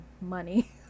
money